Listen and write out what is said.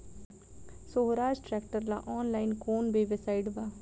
सोहराज tractor ला online कोउन website बा?